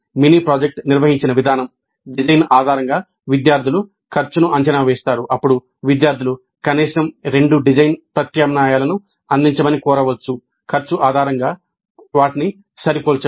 mini project నిర్వహించిన విధానం design ఆధారంగా విద్యార్థులు ఖర్చును అంచనా వేస్తారు అప్పుడు విద్యార్థులు కనీసం రెండు డిజైన్ ప్రత్యామ్నాయాలను అందించమని కోరవచ్చు ఖర్చు ఆధారంగా వాటిని సరిపోల్చండి